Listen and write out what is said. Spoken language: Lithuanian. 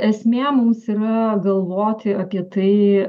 esmė mums yra galvoti apie tai